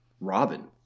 Robin